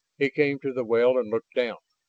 he came to the well and looked down.